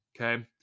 Okay